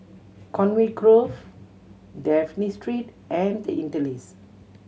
Conway Grove Dafne Street and The Interlace